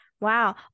wow